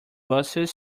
busses